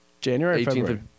January